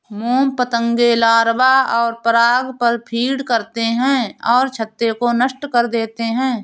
मोम पतंगे लार्वा और पराग पर फ़ीड करते हैं और छत्ते को नष्ट कर देते हैं